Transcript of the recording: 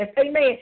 amen